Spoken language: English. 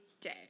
day